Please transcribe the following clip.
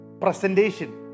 presentation